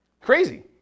Crazy